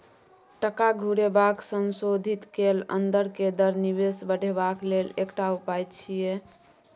टका घुरेबाक संशोधित कैल अंदर के दर निवेश बढ़ेबाक लेल एकटा उपाय छिएय